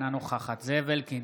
אינה נוכחת זאב אלקין,